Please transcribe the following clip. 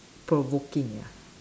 provoking ya